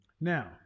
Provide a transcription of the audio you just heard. Now